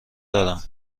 دارم